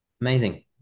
Amazing